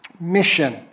mission